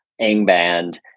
Angband